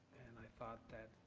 and i thought that,